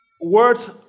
Words